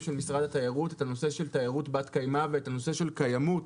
של משרד התיירות את הנושא של תיירות בת-קיימא ואת הנושא של קיימות.